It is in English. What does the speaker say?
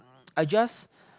I just